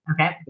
Okay